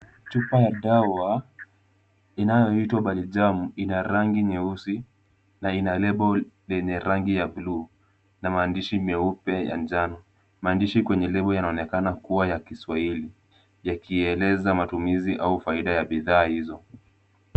Chupa ya dawa inayoitwa Balijaam ina rangi nyeusi na ina lebo lenye rangi ya bluu na maandishi meupe ya njano. Maandishi kwenye lebo yanaonekana kuwa ya Kiswahili yakieleza matumizi au faida ya bidhaa hizo.